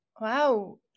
Wow